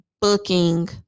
booking